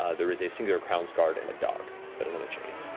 ah there is a singular crownsguard and a dog that is on a chain.